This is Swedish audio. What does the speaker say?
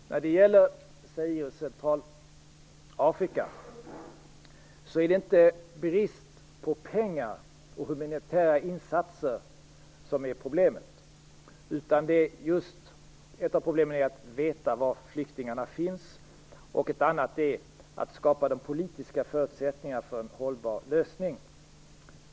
Herr talman! När det gäller Zaire och Centralafrika är det inte brist på pengar och humanitära insatser som är problemet. Ett av problemen är just att veta var flyktingarna finns, och ett annat är att skapa de politiska förutsättningarna för en hållbar lösning.